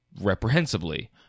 reprehensibly